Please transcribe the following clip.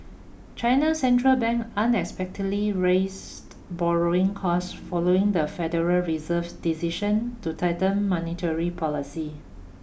China central bank unexpectedly raised borrowing costs following the Federal Reserve's decision to tighten monetary policy